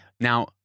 Now